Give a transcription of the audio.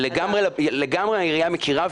העירייה לגמרי מכירה,